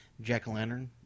jack-o'-lantern